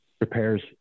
repairs